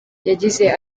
yagize